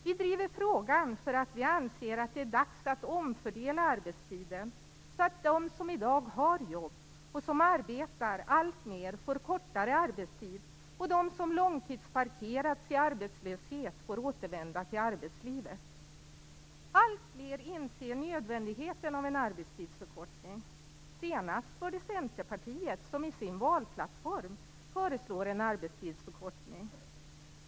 Vi driver frågan därför att vi anser att det är dags att omfördela arbetstiden så att de som i dag har jobb och som arbetar alltmer får kortare arbetstid och de som långtidsparkerats i arbetslöshet får återvända till arbetslivet. Alltfler inser nödvändigheten av en arbetstidsförkortning. Senast var det Centerpartiet som i sin valplattform föreslog det.